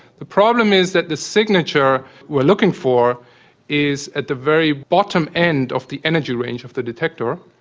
the problem is that the signature we're looking for is at the very bottom end of the energy range of the detector,